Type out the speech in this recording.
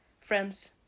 friends